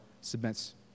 submits